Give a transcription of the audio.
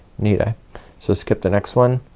neat ah? so skip the next one,